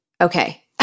okay